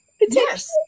Yes